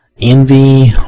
Envy